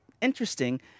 interesting